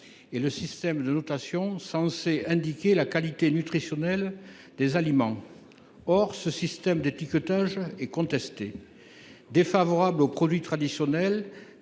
et le système de notation censé indiquer la qualité nutritionnelle des aliments. Or ce système est contesté. Défavorable aux produits traditionnels,